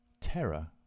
Terror